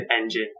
engine